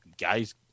guys